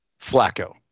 Flacco